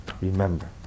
Remember